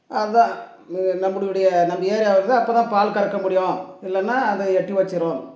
அதுதான் நம்மளுடைய நம்ம ஏரியா வருதோ அப்போ தான் பால் கறக்க முடியும் இல்லைன்னா அது எட்டி உதைச்சிரும்